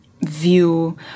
view